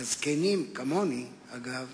בזקנים, כמוני, אגב,